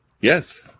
Yes